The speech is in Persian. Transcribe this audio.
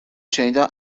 شنیدم